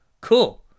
cool